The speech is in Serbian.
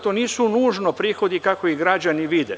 To nisu nužno prihodi, kako ih građani vide.